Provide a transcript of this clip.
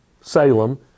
Salem